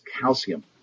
calcium